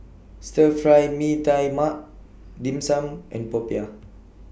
Stir Fry Mee Tai Mak Dim Sum and Popiah